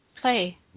play